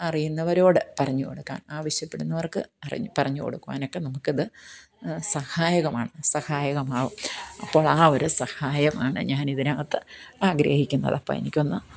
അറിയുന്നവരോട് പറഞ്ഞു കൊടുക്കാൻ ആവശ്യപ്പെടുന്നവർക്ക് അറിഞ്ഞു പറഞ്ഞു കൊടുക്കുവാനുമൊക്കെ നമുക്ക് ഇത് സഹായകമാണ് സഹായകമാവും അപ്പോൾ ആ ഒരു സഹായമാണ് ഞാൻ ഇതിനകത്ത് ആഗ്രഹിക്കുന്നത് അപ്പോൾ എനിക്ക് ഒന്ന്